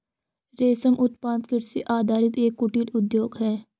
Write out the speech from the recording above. रेशम उत्पादन कृषि आधारित एक कुटीर उद्योग है